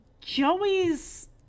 Joey's